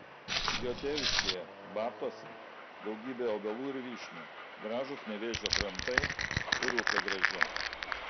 jo tėviškėje babtuose daugybė obelų ir vyšnių gražūs nevėžio krantai ir upė graži